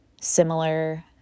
similar